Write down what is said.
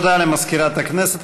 תודה למזכירת הכנסת.